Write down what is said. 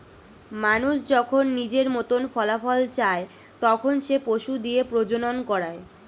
মানুষ যখন নিজের মতন ফলাফল চায়, তখন সে পশু দিয়ে প্রজনন করায়